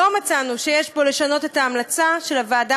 לא מצאנו שיש בו לשנות את ההמלצה של הוועדה